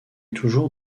toujours